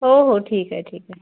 हो हो ठीक आहे ठीक आहे